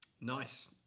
Nice